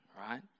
right